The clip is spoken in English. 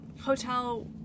hotel